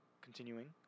continuing